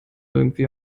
irgendwie